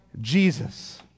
Jesus